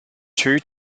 two